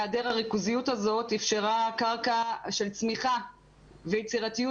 היעדר הריכוזיות הזאת אפשרה קרקע של צמיחה ויצירתיות